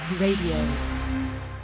Radio